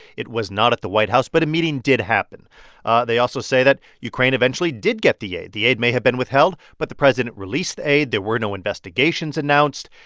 it was not at the white house, but a meeting did happen they also say that ukraine eventually did get the aid. the aid may have been withheld, but the president released the aid. there were no investigations announced.